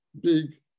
big